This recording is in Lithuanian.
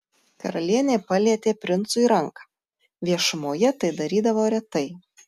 karalienė palietė princui ranką viešumoje tai darydavo retai